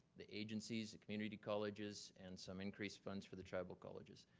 the agencies, the community colleges, and some increased funds for the travel colleges.